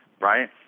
right